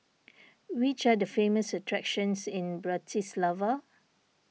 which are the famous attractions in Bratislava